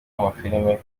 w’amafilime